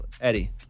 Eddie